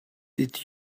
did